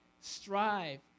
strive